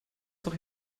doch